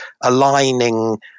aligning